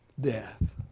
death